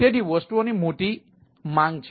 તેથી વસ્તુઓની મોટી માંગ છે